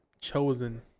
chosen